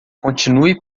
continue